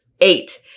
eight